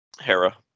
Hera